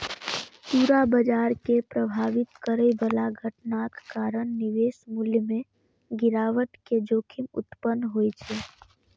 पूरा बाजार कें प्रभावित करै बला घटनाक कारण निवेश मूल्य मे गिरावट के जोखिम उत्पन्न होइ छै